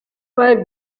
wife